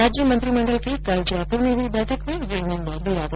राज्य मंत्रिमण्डल की कल जयपुर में हई बैठक में यह निर्णय लिया गया